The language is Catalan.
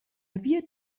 havia